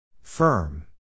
Firm